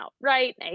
right